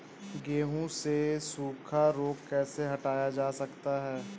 गेहूँ से सूखा रोग कैसे हटाया जा सकता है?